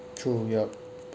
true yup